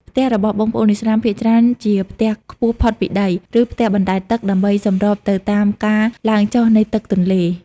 ផ្ទះរបស់បងប្អូនឥស្លាមភាគច្រើនជាផ្ទះខ្ពស់ផុតពីដី ឬផ្ទះបណ្តែតទឹក ដើម្បីសម្របទៅតាមការឡើងចុះនៃទឹកទន្លេ។